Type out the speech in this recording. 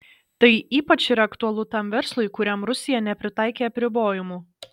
tai ypač yra aktualu tam verslui kuriam rusija nepritaikė apribojimų